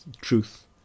truth